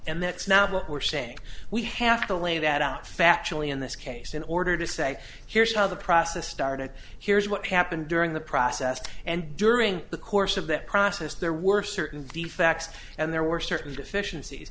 and that's not what we're saying we have to lay that out factually in this case in order to say here's how the process started here's what happened during the process and during the course of that process there were certain defects and there were certain deficiencies